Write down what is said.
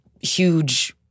huge